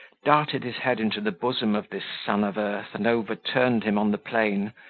darted his head into the bosom of this son of earth, and overturned him on the plain,